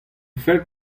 fell